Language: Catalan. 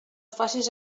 facis